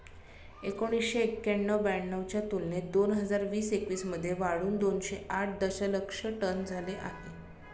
एकोणीसशे एक्क्याण्णव ब्याण्णव च्या तुलनेत दोन हजार वीस एकवीस मध्ये वाढून दोनशे आठ दशलक्ष टन झाले आहे